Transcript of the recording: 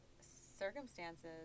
circumstances